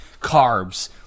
carbs